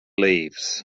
leaves